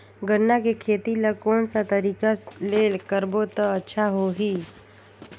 गन्ना के खेती ला कोन सा तरीका ले करबो त अच्छा होही?